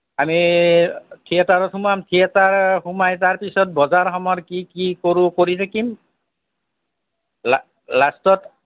আমি থিয়েটাৰত সোমাম থিয়েটাৰ সোমাই তাৰপিছত বজাৰ সমাৰ কি কি কৰোঁ কৰি থাকিম লা লাষ্টত